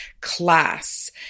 class